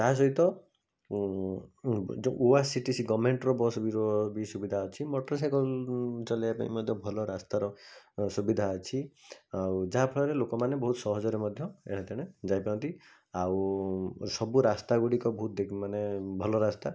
ତା'ସହିତ ଯେଉଁ O R C T C ଗଭ୍ମେଣ୍ଟର ବସ୍ ବି ର ବି ସୁବିଧା ଅଛି ମଟର୍ ସାଇକଲ୍ ଚଳେଇବା ପାଇଁ ମଧ୍ୟ ଭଲ ରାସ୍ତାର ସୁବିଧା ଅଛି ଆଉ ଯାହାଫଳରେ ଲୋକମାନେ ବହୁତ ସହଜରେ ମଧ୍ୟ ଏଣେତେଣେ ଯାଇପାରନ୍ତି ଆଉ ସବୁ ରାସ୍ତାଗୁଡ଼ିକ ବହୁତ ଦିଗମାନେ ଭଲ ରାସ୍ତା